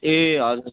ए हजुर